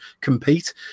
compete